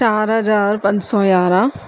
चारि हज़ार पंज सौ यारहं